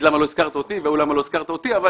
למה לא הזכרתי אותי והוא ישאל למה לא הזכרתי אותו אבל